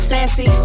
Sassy